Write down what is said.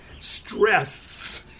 Stress